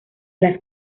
las